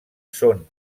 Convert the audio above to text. són